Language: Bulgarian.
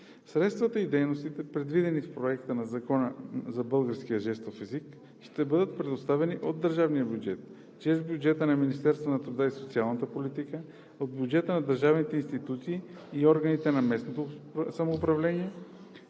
Средствата за дейностите, предвидени в Проекта на закона за българския жестов език, ще бъдат предоставени от държавния бюджет чрез бюджета на Министерството на труда и социалната политика; от бюджета на държавните институции и органите на местното самоуправление;